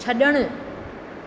छड॒णु